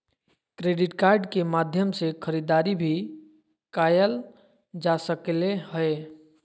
credit card के माध्यम से खरीदारी भी कायल जा सकले हें